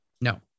No